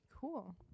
Cool